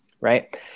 right